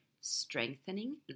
strengthening